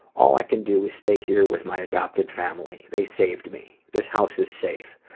all i can do is stay here with my adopted family. they saved me. this house is safe.